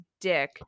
dick